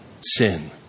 sin